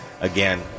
Again